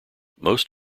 most